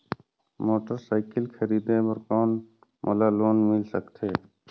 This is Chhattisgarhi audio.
मोटरसाइकिल खरीदे बर कौन मोला लोन मिल सकथे?